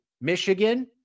Michigan